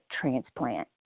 transplant